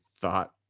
thought